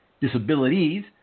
disabilities